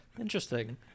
Interesting